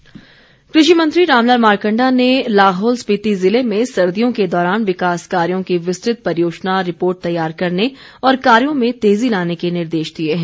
मारकंडा कृषि मंत्री रामलाल मारकंडा ने लाहौल स्पिति जिले में सर्दियों के दौरान विकास कार्यो की विस्तृत परियोजना रिपोर्ट तैयार करने और कार्यो में तेजी लाने के निर्देश दिए हैं